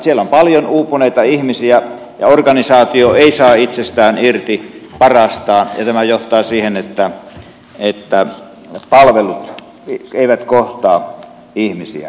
siellä on paljon uupuneita ihmisiä ja organisaatio ei saa itsestään irti parastaan ja tämä johtaa siihen että palvelut eivät kohtaa ihmisiä